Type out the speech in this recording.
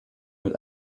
mit